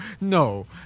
no